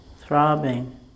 throbbing